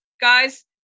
guys